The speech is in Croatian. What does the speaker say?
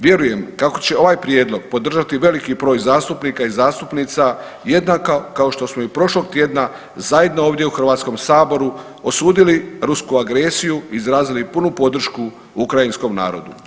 Vjerujem kako će ovaj prijedlog podržati veliki broj zastupnika i zastupnica jednako kao što smo i prošlog tjedna zajedno ovdje u HS osudili rusku agresiju i izrazili punu podršku ukrajinskom narodu.